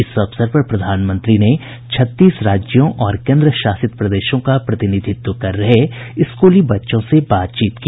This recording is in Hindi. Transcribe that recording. इस अवसर पर प्रधानमंत्री ने छत्तीस राज्यों और केन्द्र शासित प्रदेशों का प्रतिनिधित्व कर रहे स्कूली बच्चों से बातचीत की